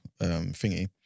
Thingy